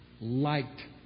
liked